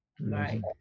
right